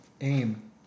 aim